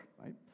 right